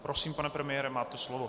Prosím, pane premiére, máte slovo.